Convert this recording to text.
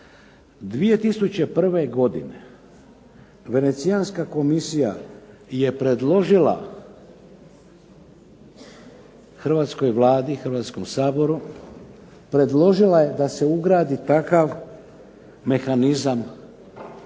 2001. godine Venecijanska komisija je predložila hrvatskoj Vladi, Hrvatskom saboru, predložila je da se ugradi takav mehanizam o kome je